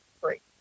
great